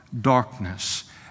darkness